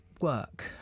work